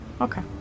okay